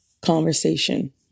conversation